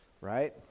right